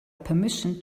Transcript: permission